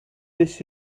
this